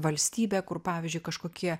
valstybę kur pavyzdžiui kažkokie